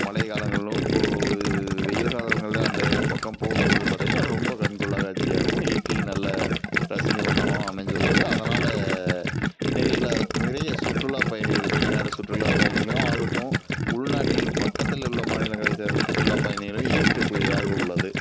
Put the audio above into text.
மழை காலங்களும் கு வெயில் காலங்களில் அந்த பக்கம் போவும்போது பாத்திங்கனா ரொம்ப கண்கொள்ளா காட்சியாக இருக்கும் இயற்கை நல்ல ரசிக்கும் வண்ணமாக அமைஞ்சுள்ளது அதனால் நிறையில நிறைய சுற்றுலா பயணிகள் வெளிநாடு சுற்றுலா பயணிகளும் ஆகட்டும் உள்நாட்டில் பக்கத்தில் உள்ள மாநிலங்களை சேர்ந்த சுற்றுலா பயணிகளும் ஈர்க்க கூடியதாக உள்ளது